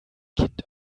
kind